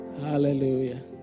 Hallelujah